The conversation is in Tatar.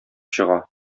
чыга